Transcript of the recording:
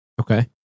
Okay